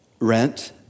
Rent